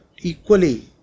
equally